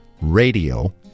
radio